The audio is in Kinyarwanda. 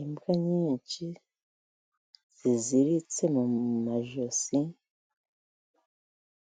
Imbwa nyinshi ziziritse mu majosi,